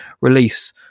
release